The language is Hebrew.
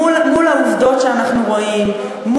מול העובדות שאנחנו רואים,